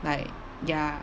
like ya